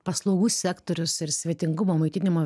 paslaugų sektorius ir svetingumo maitinimo